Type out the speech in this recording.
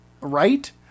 right